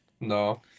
No